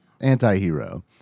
anti-hero